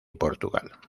portugal